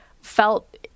felt